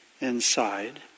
inside